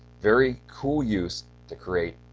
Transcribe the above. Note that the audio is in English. very cool use to create,